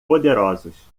poderosos